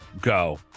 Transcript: go